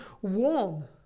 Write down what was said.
one